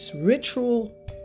ritual